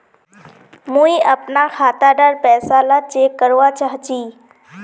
मुई अपना खाता डार पैसा ला चेक करवा चाहची?